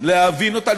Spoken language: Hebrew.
להבין אותה,